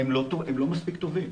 הם לא מספיק טובים,